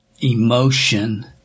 emotion